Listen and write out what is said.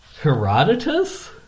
Herodotus